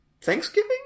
Thanksgiving